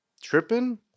tripping